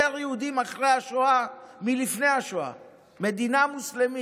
יהודים אחרי השואה מלפני השואה מדינה מוסלמית,